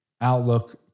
outlook